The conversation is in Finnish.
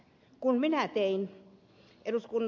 kun tein ed